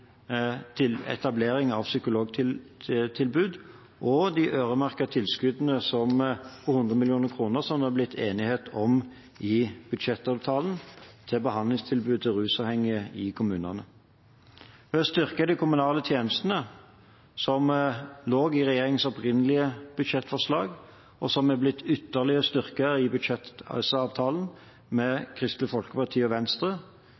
til de øremerkede ordningene innen etablering av psykologtilbud og de øremerkede tilskuddene på 100 mill. kr, som det er blitt enighet om i budsjettavtalen, til behandlingstilbud til rusavhengige i kommune. Ved å styrke de kommunale tjenestene som lå i regjeringens opprinnelige budsjettforslag, og som er blitt ytterligere styrket i budsjettavtalen med Kristelig Folkeparti og Venstre,